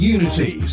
Unity